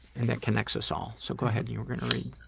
and that connects us all. so go ahead, you were gonna read.